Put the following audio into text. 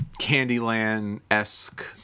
Candyland-esque